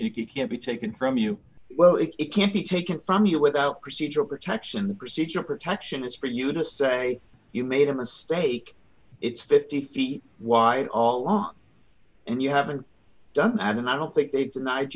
it can't be taken from you well if it can't be taken from you without procedural protections procedural protection is for you to say you made a mistake it's fifty feet wide all along and you haven't done that and i don't think they